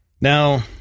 Now